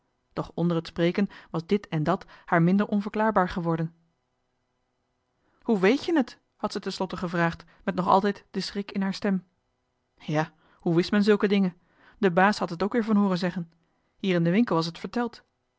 doch onder het spreken was dit en dat haar inder onverklaarbaar geworden hoe weet je n et had zij ten slotte gevraagd met nog altijd de schrik in haar stem ja hoe wist men zulke dingen de baas had het ook weer van hooren zeggen hier in de winkel was het verteld